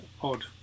odd